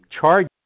charge